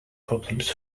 problems